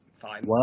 Fine